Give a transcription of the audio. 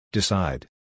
Decide